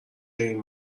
این